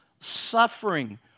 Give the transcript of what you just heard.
suffering